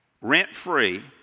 rent-free